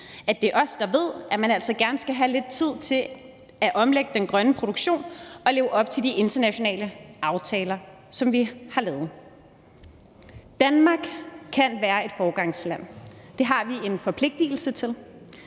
at det er os, der ved, at man altså gerne skal have lidt tid til at omlægge til den grønne produktion og leve op til de internationale aftaler, som vi har lavet. Danmark kan være et foregangsland. Det har vi en forpligtelse til.